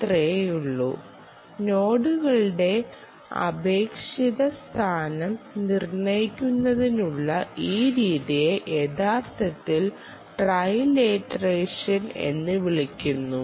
അത്രയേയുള്ളൂ നോഡുകളുടെ ആപേക്ഷിക സ്ഥാനം നിർണ്ണയിക്കുന്നതിനുള്ള ഈ രീതിയെ യഥാർത്ഥത്തിൽ ട്രിലേറ്ററേഷൻ എന്ന് വിളിക്കുന്നു